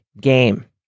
game